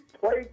play